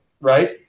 Right